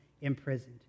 imprisoned